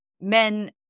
men